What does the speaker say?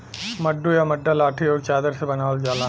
मड्डू या मड्डा लाठी आउर चादर से बनावल जाला